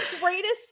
greatest